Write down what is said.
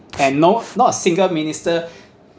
and no not a single minister